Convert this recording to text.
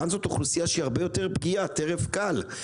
כאן זאת אוכלוסייה שהיא הרבה יותר פגיעה, טרף קל.